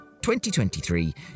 2023